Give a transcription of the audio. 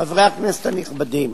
חברי הכנסת הנכבדים,